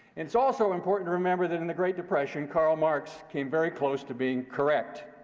it's also important to remember that, in the great depression, karl marx came very close to being correct.